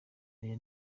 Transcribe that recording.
aya